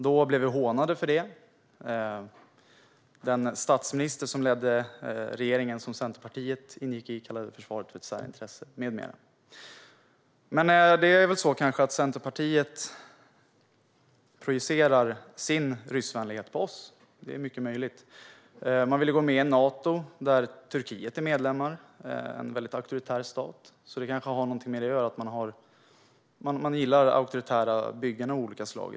Då blev vi hånade för det. Den statsminister som ledde den regering som Centerpartiet ingick i kallade försvaret för ett särintresse med mera. Det kanske är så att Centerpartiet projicerar sin ryssvänlighet på oss. Det är mycket möjligt. Ni vill gå med i Nato, där Turkiet är medlem - en auktoritär stat. Det kanske har någonting med det att göra; Centerpartiet gillar auktoritära byggen av olika slag.